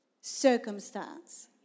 circumstance